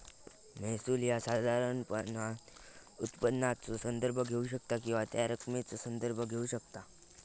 महसूल ह्या साधारणपणान उत्पन्नाचो संदर्भ घेऊ शकता किंवा त्या रकमेचा संदर्भ घेऊ शकता